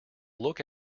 look